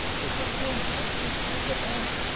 put off your match with isabel!